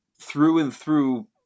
through-and-through